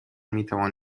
میتوان